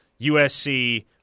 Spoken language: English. USC